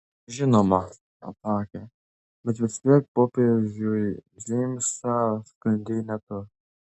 žinoma atsakė bet vis tiek popiežiui džeimsą skundei ne tu